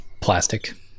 plastic